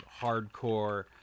hardcore